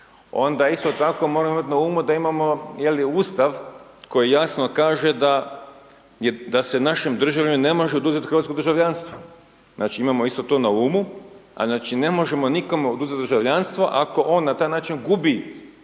onda isto tako moramo imati na umu da imamo Ustav koji jasno kaže da se našem državljaninu ne može oduzeti hrvatsko državljanstvo. Znači imamo isto to na umu a znači ne možemo nikome oduzeti državljanstvo ako on na taj način gubi bilo koje državljanstvo